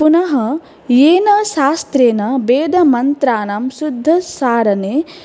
पुनः येन शास्त्रेण वेदमन्त्रानां शुद्धोच्चारणे